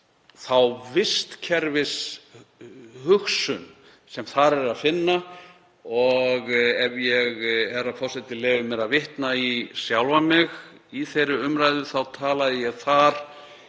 þá vistkerfishugsun sem þar er að finna. Og ef ég, herra forseti, leyfi mér að vitna í sjálfan mig í þeirri umræðu þá talaði ég þar